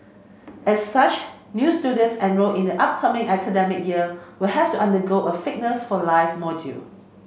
as such new students enrolled in the upcoming academic year will have to undergo a fitness for life module